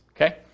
Okay